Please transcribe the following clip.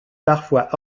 parfois